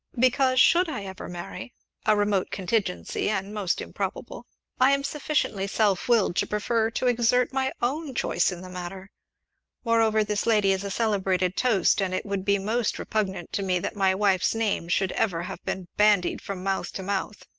because, should i ever marry a remote contingency, and most improbable i am sufficiently self-willed to prefer to exert my own choice in the matter moreover, this lady is a celebrated toast, and it would be most repugnant to me that my wife's name should ever have been bandied from mouth to mouth,